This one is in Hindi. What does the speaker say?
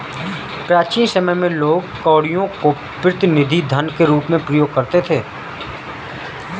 प्राचीन समय में लोग कौड़ियों को प्रतिनिधि धन के रूप में प्रयोग करते थे